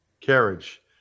Carriage